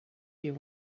you